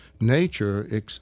nature